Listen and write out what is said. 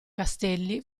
castelli